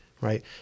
right